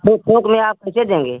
थोक में आप कैसे देंगे